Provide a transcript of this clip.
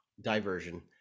diversion